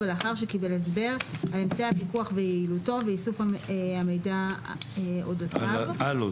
ולאחר שקיבל הסבר על אמצעי הפיקוח ויעילותו ואיסוף המידע על אודותיו,